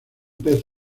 pez